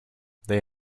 they